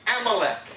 Amalek